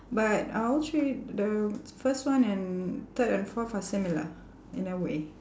but I will treat the first one and third and fourth are similar in a way